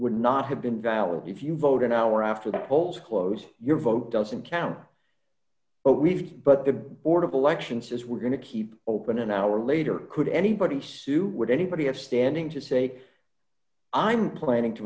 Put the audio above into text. would not have been valid if you vote an hour after the polls closed your vote doesn't count but we've but the board of elections says we're going to keep open an hour later could anybody sue would anybody have standing to say i'm planning to